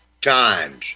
times